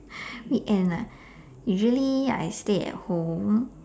weekend ah usually I stay at home